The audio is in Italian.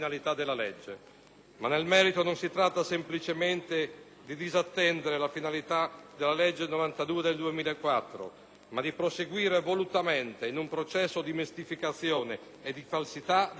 della legge. Non si tratta semplicemente di disattendere la finalità della legge n. 92 del 2004, ma di proseguire volutamente in un processo di mistificazione e di falsità della nostra storia.